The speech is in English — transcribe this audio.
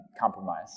compromise